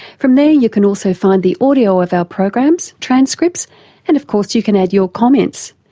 from there you can also find the audio of our programs, transcripts and of course you can add your comments.